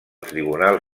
tribunal